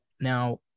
now